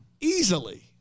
Easily